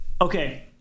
Okay